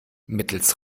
mittels